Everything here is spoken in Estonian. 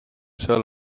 seal